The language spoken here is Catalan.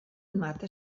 mata